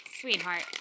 sweetheart